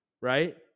right